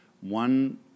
one